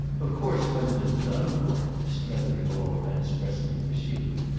of course what it has done for him, strether at all events presently pursued,